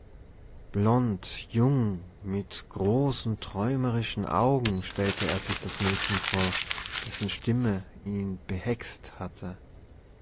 blond jung mit großen träumerischen augen stellte er sich das mädchen vor dessen stimme ihn behext hatte